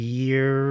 year